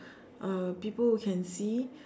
uh people who can see